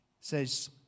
says